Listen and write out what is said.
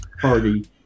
party